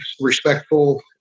respectful